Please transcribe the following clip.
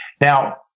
Now